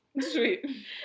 Sweet